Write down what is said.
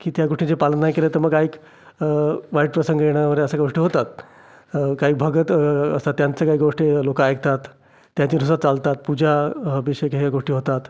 की त्या गोष्टीचे पालन नाही केलं तर मग एक वाईट प्रसंग येणं वगैरे अशा गोष्टी होतात काही भगत असतात त्यांच्या काही गोष्टी लोक ऐकतात त्यांच्यानुसार चालतात पूजा अभिषेक ह्या गोष्टी होतात